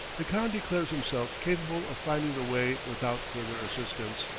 the khan declares himself capable of finding the way without further assistance.